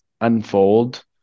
unfold